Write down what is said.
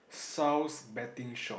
Saul's betting shop